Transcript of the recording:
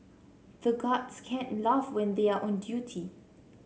the guards can't laugh when they are on duty